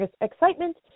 excitement